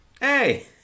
Hey